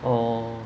orh